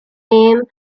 name